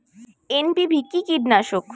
NPV কি কীটনাশক?